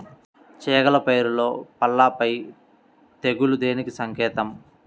చేగల పైరులో పల్లాపై తెగులు దేనికి సంకేతం?